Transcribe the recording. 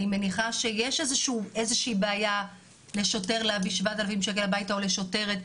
אני מניחה שיש איזה שהיא בעיה לשוטר להביא 7,000 שקלים הביתה או לשוטרת.